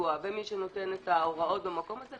והביצוע ומי שנותן את ההוראות במקום הזה,